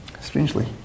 strangely